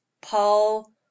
Paul